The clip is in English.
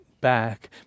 back